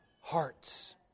hearts